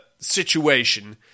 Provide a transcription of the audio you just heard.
situation